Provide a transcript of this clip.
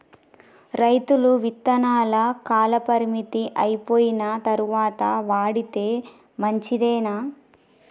రైతులు విత్తనాల కాలపరిమితి అయిపోయిన తరువాత వాడితే మంచిదేనా?